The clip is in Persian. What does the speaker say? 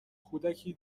کودکی